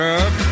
up